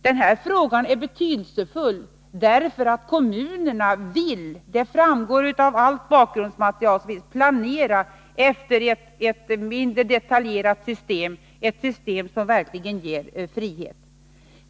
Den här frågan är betydelsefull, därför att kommunerna — det framgår av allt bakgrundsmaterial — vill planera efter ett mindre detaljerat system, ett system som verkligen ger frihet.